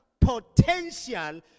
potential